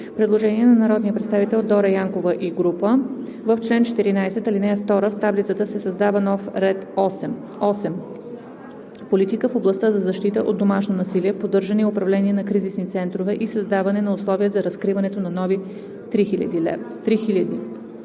Предложение на народния представител Дора Янкова и група народни представители. „В чл.14, ал. 2, в таблицата се създава ред 8: „8. Политика в областта за защита от домашно насилие – поддържане и управление на кризисни центрове и създаване на условия за разкриването на нови 3 000,0“.“